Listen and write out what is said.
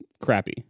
crappy